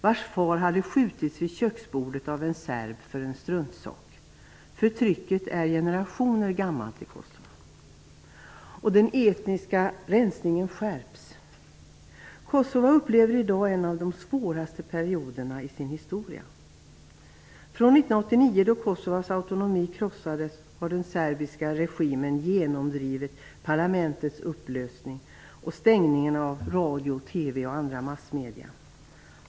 Hans far hade skjutits vid köksbordet av en serb för en struntsak. Förtrycket är generationer gammalt i Kosovo, och den etniska rensningen skärps. Kosovo upplever nu en av de svåraste perioderna i sin historia. Från 1989, då Kosovas autonomi krossades, har den serbiska regimen genomdrivit parlamentets upplösning och stängning av radio, TV och andra massmedia.